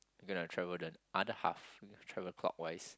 we gonna travel the other half we gonna travel clockwise